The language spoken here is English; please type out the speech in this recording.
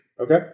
okay